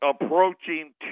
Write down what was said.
approaching